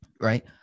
Right